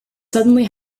suddenly